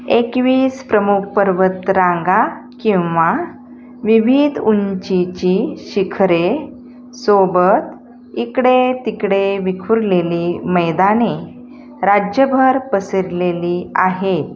एकवीस प्रमुख पर्वतरांगा किंवा विविध उंचीची शिखरे सोबत इकडे तिकडे विखुरलेली मैदाने राज्यभर पसरलेली आहेत